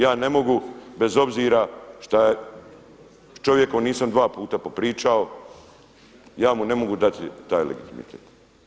Ja ne mogu bez obzira šta s čovjekom nisam dva puta popričao, ja mu ne mogu dati taj legitimitet.